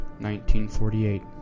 1948